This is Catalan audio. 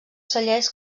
cellers